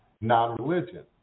non-religion